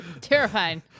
terrifying